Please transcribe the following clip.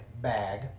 bag